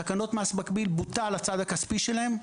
תקנות מס מקביל, בוטל הצד הכספי שלהן.